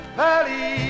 valley